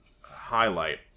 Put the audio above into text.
highlight